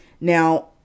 Now